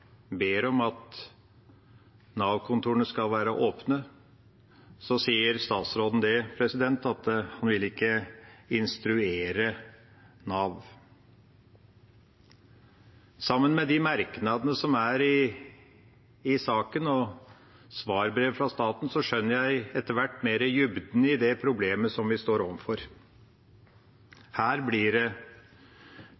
ber om at Nav-kontorene skal være åpne, sier statsråden at han ikke vil instruere Nav. Sammen med merknadene i saken og svarbrev fra staten skjønner jeg etter hvert dybden i det problemet vi står